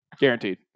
Guaranteed